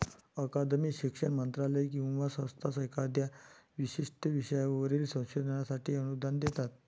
अकादमी, शिक्षण मंत्रालय किंवा संस्था एखाद्या विशिष्ट विषयावरील संशोधनासाठी अनुदान देतात